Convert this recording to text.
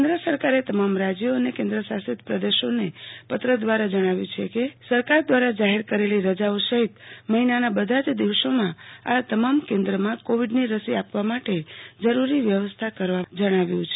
કેન્દ્ર સરકારે તમામ રાજ્યો અને કેન્દ્રશાસિત પ્રદેશોને પત્ર દ્રારા જણાવાયુ છે કે સરકાર દ્રારા જાહેર કરેલી સહિત મહિનાના બધા જ દિવસોમાં આ તમામ કેન્દ્રોમાં કોવિડની રસી આપવા માટે જરૂરી વ્યવસ્થા કરવા જણાવાયુ છે